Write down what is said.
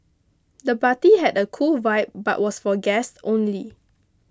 the party had a cool vibe but was for guests only